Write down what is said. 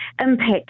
impact